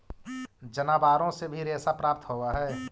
जनावारो से भी रेशा प्राप्त होवऽ हई